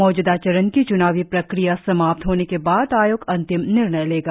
मौजूदा चरण की च्नावी प्रक्रिया समाप्त होने के बाद आयोग अंतिम निर्णय लेगा